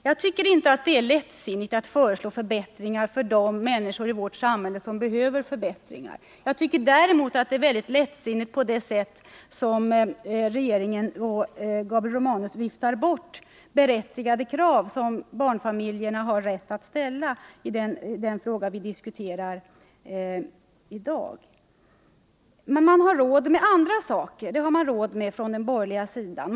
Jag tycker inte att det är lättsinnigt att föreslå förbättringar för de människor i vårt samhälle som behöver förbättringar. Jag tycker däremot att det är väldigt lättsinnigt att på det sätt som regeringen och Gabriel Romanus gör vifta bort berättigade krav som barnfamiljerna har i den fråga vi diskuterar i dag. Men från den borgerliga sidan har man råd med andra saker.